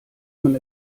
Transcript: man